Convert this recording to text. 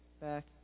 Back